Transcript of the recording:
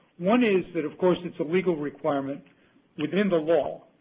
one is that, of course, it's a legal requirement within the law,